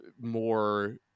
more